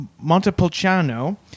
Montepulciano